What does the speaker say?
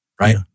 right